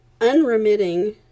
unremitting